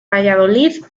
valladolid